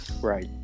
Right